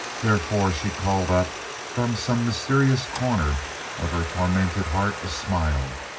therefore she called up from some mysterious corner of her tormented heart a smile,